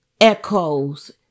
Echoes